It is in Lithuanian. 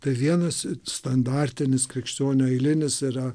tai vienas standartinis krikščionio eilinis yra